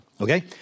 Okay